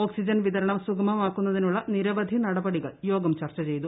oxygen വിതരണം സുഗമമാക്കുന്നതിനുള്ള നിരവധി നടപടികൾ യോഗം ചർച്ച ചെയ്തു